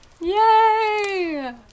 yay